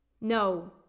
No